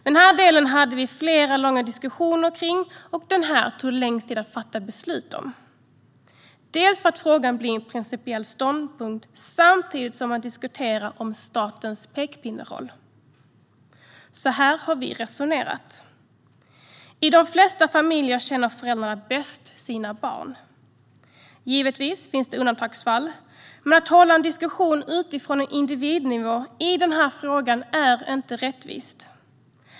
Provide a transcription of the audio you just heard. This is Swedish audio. Den delen hade vi flera långa diskussioner om, och den tog det längst tid att fatta beslut om eftersom frågan blir en principiell ståndpunkt samtidigt som man diskuterar statens pekpinneroll. Så här har vi resonerat. I de flesta familjer känner föräldrarna bäst sina barn. Givetvis finns det undantagsfall, men att föra en diskussion utifrån individnivå i den här frågan är inte rättvist.